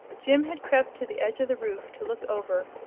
jim had crept to the edge of the roof to look over,